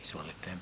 Izvolite.